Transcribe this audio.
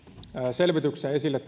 selvityksessä esille